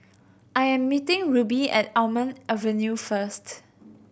I am meeting Rubye at Almond Avenue first